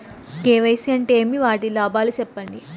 KYC అంటే ఏమి? వాటి లాభాలు సెప్పండి?